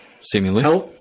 seemingly